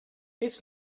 each